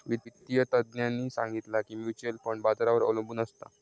वित्तिय तज्ञांनी सांगितला की म्युच्युअल फंड बाजारावर अबलंबून असता